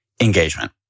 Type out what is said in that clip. engagement